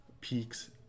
peaks